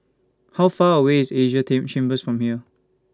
How Far away IS Asia Chambers from here